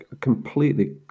completely